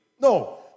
No